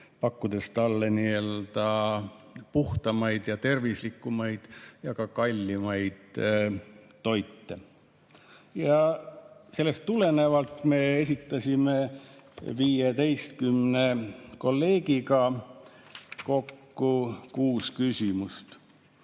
nii-öelda puhtamaid ja tervislikumaid ja ka kallimaid toite. Sellest tulenevalt me esitasime 15 kolleegiga kokku kuus küsimust.